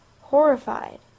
horrified